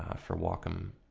for wacom.